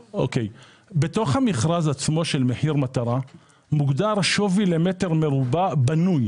בתוך המכרז עצמו של מחיר מטרה מוגדר שווי למטר מרובע בנוי